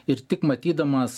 ir tik matydamas